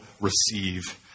receive